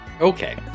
Okay